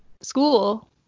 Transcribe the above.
school